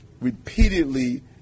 repeatedly